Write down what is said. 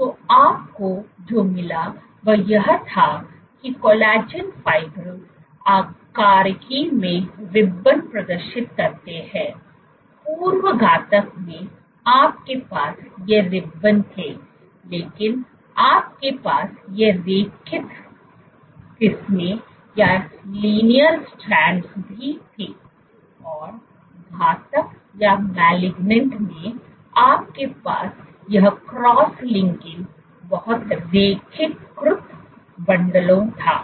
तो आपको जो मिला वह यह था कि कोलेजन फाइब्रिल्स आकारिकी में रिबन प्रदर्शित करते हैं पूर्व घातक में आपके पास ये रिबन थे लेकिन आपके पास ये रैखिक किस्में भी थीं और घातक में आपके पास यह क्रॉस लिंकड बहुत रैखिककृत बंडलों था